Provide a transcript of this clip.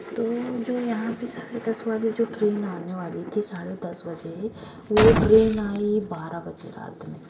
तो जो यहाँ पर साढ़े दस वाली जो ट्रेन आने वाली थी साढ़े दस बजे वह ट्रेन आई बारा बजे रात में